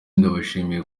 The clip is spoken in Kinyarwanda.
ndabashimiye